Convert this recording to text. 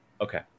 okay